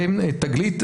'תגלית'